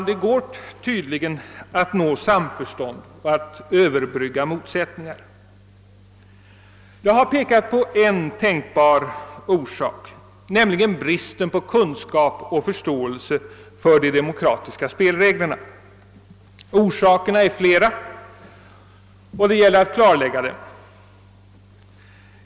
Det är tydligen möjligt att nå samförstånd och att överbrygga motsättningar. Jag har pekat på en tänkbar orsak till motsättningarna, nämligen bristen på kunskap om och förståelse för de demokratiska spelreglerna. Orsakerna är emellertid flera, och det gäller att klarlägga dem.